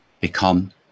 become